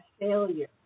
failure